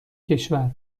کشور